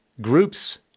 groups